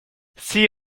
six